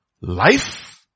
life